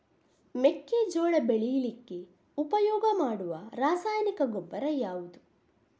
ಮೆಕ್ಕೆಜೋಳ ಬೆಳೀಲಿಕ್ಕೆ ಉಪಯೋಗ ಮಾಡುವ ರಾಸಾಯನಿಕ ಗೊಬ್ಬರ ಯಾವುದು?